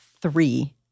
three